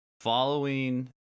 Following